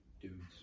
Dudes